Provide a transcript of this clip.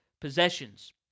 possessions